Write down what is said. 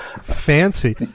Fancy